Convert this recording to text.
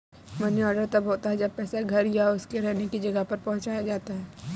money order तब होता है जब पैसा घर या उसके रहने की जगह पर पहुंचाया जाता है